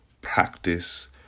practice